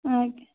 ଆଜ୍ଞା